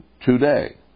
today